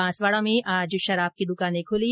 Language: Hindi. बांसवाड़ा में आज शराब की दुकानें खुली